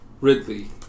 Ridley